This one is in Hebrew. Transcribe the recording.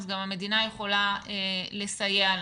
אז גם המדינה יכולה לסייע להם.